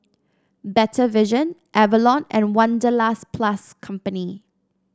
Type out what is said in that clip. Better Vision Avalon and Wanderlust Plus Company